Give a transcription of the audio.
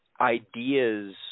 Ideas